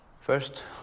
First